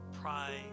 pride